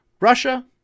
Russia